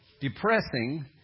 depressing